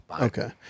okay